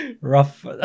Rough